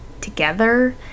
together